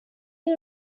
you